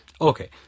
Okay